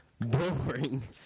Boring